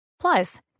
Plus